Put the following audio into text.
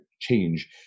change